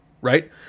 Right